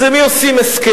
אז עם מי עושים הסכם?